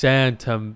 Santa